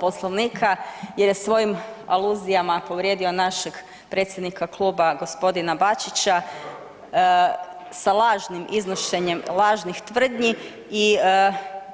Poslovnika jer je svojim aluzijama povrijedio našeg predsjednika kluba g. Bačića sa lažnim iznošenjem lažnih tvrdnji i